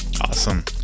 Awesome